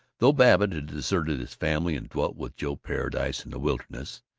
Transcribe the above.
though babbitt had deserted his family and dwelt with joe paradise in the wilderness,